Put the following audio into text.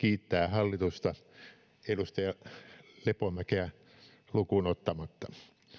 hallitusta edustaja lepomäkeä lukuun ottamatta